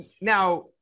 now